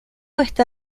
este